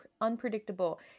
unpredictable